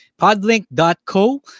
podlink.co